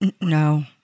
No